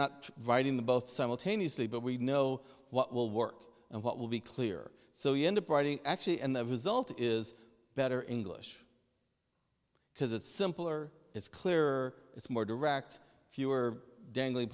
not writing the both simultaneously but we know what will work and what will be clear so you end up writing actually and the result is better english because it's simpler it's clearer it's more direct if you are dangling